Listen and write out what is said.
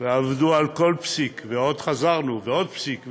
עבדו על כל פסיק, ועוד חזרנו, ועוד פסיק,